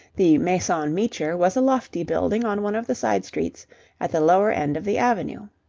the maison meecher was a lofty building on one of the side-streets at the lower end of the avenue.